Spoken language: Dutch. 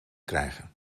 krijgen